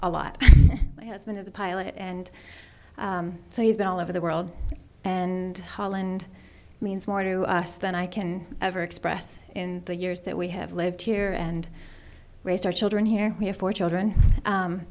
a lot has been as a pilot and so he's been all over the world and holland means more to us than i can ever express in the years that we have lived here and raise our children here we have four children